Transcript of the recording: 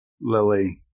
Lily